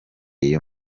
iyo